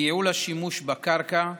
ייעול השימוש בקרקע,